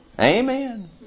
Amen